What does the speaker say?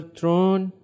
throne